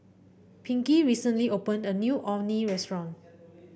Pinkey recently opened a new Orh Nee Restaurant